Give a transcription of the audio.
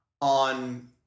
on